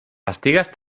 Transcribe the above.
estigues